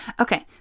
Okay